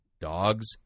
dogs